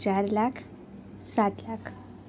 ચાર લાખ સાત લાખ